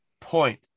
Point